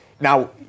Now